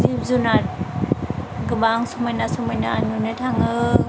जिब जुनाद गोबां समायना समायना नुनो थाङो